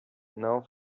não